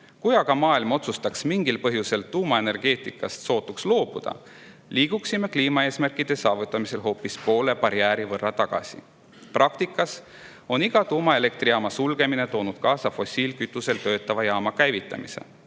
Kui aga maailm otsustaks mingil põhjusel tuumaenergeetikast sootuks loobuda, liiguksime kliimaeesmärkide saavutamisel hoopis poole barjääri võrra tagasi. Praktikas on iga tuumaelektrijaama sulgemine toonud kaasa fossiilkütusel töötava jaama käivitamise.